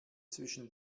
zwischen